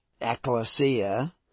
ecclesia